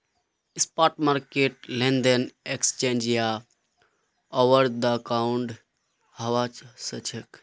spot market लेनदेन exchange या over the counter हवा सक्छे